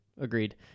agreed